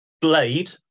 Blade